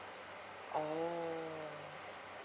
oh